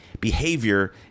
Behavior